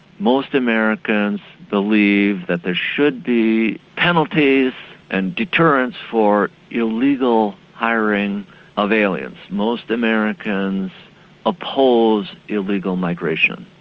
most americans believe that there should be penalties and deterrence for illegal hiring of aliens. most americans oppose illegal migration.